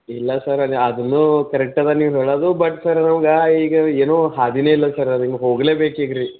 ಇಲ್ಲ ಸರ್ ಅದು ಅದು ಕರೆಕ್ಟ್ ಅದ ನೀವು ಹೇಳೋದು ಬಟ್ ಸರ್ ನಮ್ಗೆ ಈಗ ಏನೂ ಹಾದಿನೇ ಇಲ್ಲ ಸರ್ ಅದು ಇನ್ನು ಹೋಗಲೇಬೇಕಿದ್ರಿ